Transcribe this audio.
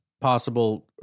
possible